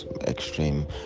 extreme